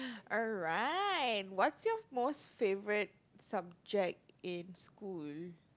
alright what's your most favourite subject in school